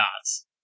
dots